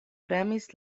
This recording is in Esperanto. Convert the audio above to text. premis